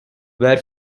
where